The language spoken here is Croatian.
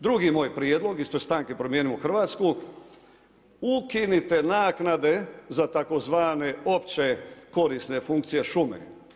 Drugi moj prijedlog ispred stranke Promijenimo Hrvatsku ukinite naknade za tzv. opće korisne funkcije šume.